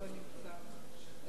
לא נמצא,